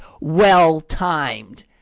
well-timed